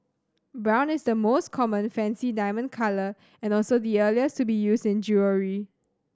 brown is the most common fancy diamond colour and also the earliest to be used in jewellery